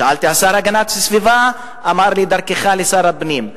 שאלתי את השר להגנת הסביבה, אמר לי: לך לשר הפנים.